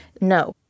no